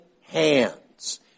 hands